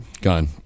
Gone